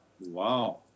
Wow